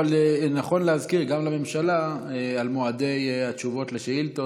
נכון להזכיר גם לממשלה על מועדי תשובות לשאילתות.